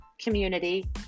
community